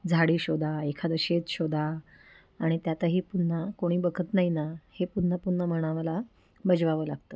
झाडी शोधा एखादं शेत शोधा आणि त्यातही पुन्हा कोणी बघत नाही ना हे पुन्हा पुन्हा मनाला बजावावं लागतं